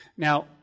Now